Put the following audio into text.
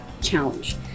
challenge